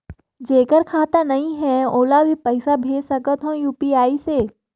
जेकर खाता नहीं है ओला भी पइसा भेज सकत हो यू.पी.आई से?